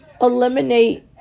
eliminate